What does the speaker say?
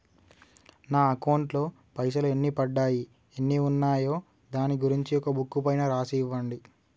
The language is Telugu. నా అకౌంట్ లో పైసలు ఎన్ని పడ్డాయి ఎన్ని ఉన్నాయో దాని గురించి ఒక బుక్కు పైన రాసి ఇవ్వండి?